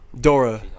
Dora